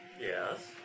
Yes